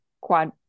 quad